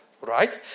right